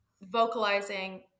vocalizing